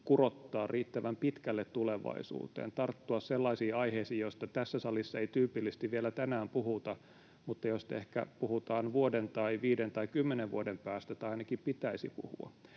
kurottaa riittävän pitkälle tulevaisuuteen, tarttua sellaisiin aiheisiin, joista tässä salissa ei tyypillisesti vielä tänään puhuta, mutta joista ehkä puhutaan vuoden tai viiden tai kymmenen vuoden päästä tai ainakin pitäisi puhua,